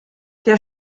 der